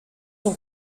cent